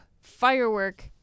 Firework